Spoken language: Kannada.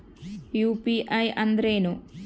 ಯು.ಪಿ.ಐ ಅಂದ್ರೇನು?